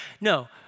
No